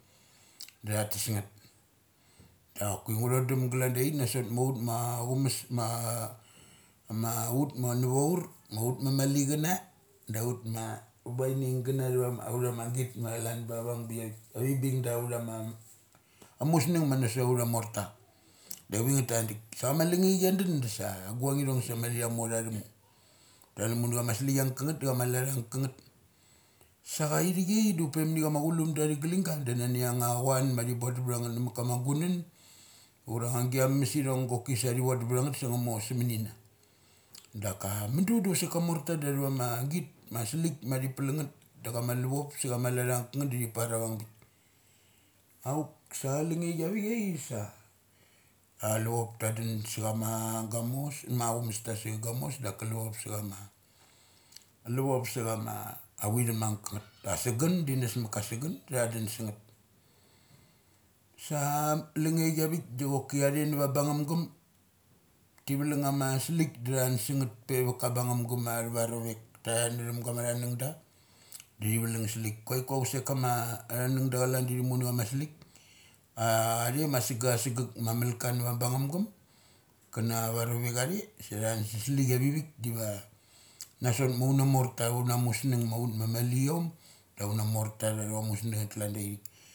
Da tha tes ngeth. Dak choki ngu thodum glan daithik ma na asot ma ut ma amus ma ut manovaur ma ut ma mali chana daut ma baining gana athovama git ma calana vung galan biavik. Avi bing da athovama amusng mana sot auth morta. Da chavingeth tai thug dik. Sa chama lungnechi chia dun sa guang ithong sa tha mopr mali tha thumu tha thumuna cha ma salik angkangeth da chama lat angkangangeth. Sacha ithiai sa upe mani chama chulum da athova ma galing ga da nani angnga chuan ma thi bond dum btha ngeth na ma kama gunan ura angia mames ithong goki sa thi vodum bthangeth sa nga mor sa muni na. Daka mudu da sek amorta nda athava magit ma salik ma thi plung ngeth da chama luchop sa cha ma lat anga kangeth da thi par avang bik. Auk sa alange chiavi sa ala chop tata dun sa chama gamas ma aumasta sa cha gamos dok ka cha luchop sa chama. aluchop sa chama avi thum ang kangeth. As sagun da thi nus ngeth ma ka sugun da tha dun sa ngeth. Sa a lungle chi avik da choki athe na va a bangum gum ti vlung ama slik da thun sangngeth peva ka bungum gum ma athavarovek ta thun drem gama thunung da, da thi valung slik. Kuaiku is sek kama athanung da chalan thi thum muna chama ma salik. Athe ma asegek, asegek ma amal ka nava bangum gum, kana varovek athe sethun sa slik anivik deva na sot maunamorta aunna musmung ma ut ma maliom da auna morta atha vama musnung klan da thik.